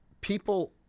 people